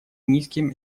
низким